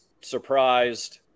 surprised